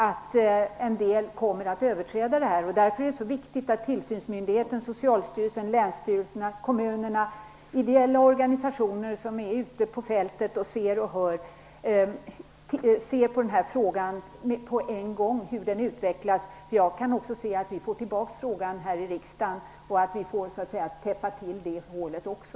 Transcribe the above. Det kommer att ske en del överträdelser. Det är därför det är så viktigt att tillsynsmyndigheten, Socialstyrelsen, länsstyrelserna, kommunerna ommunerna och de ideella organisationerna som är ute på fältet och ser och hör på en gång ser hur denna fråga utvecklas. Jag kan också se att vi kan få tillbaka frågan hit till i riksdagen, och att vi så att säga får täppa till det hålet också.